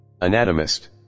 anatomist